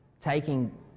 taking